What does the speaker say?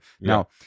Now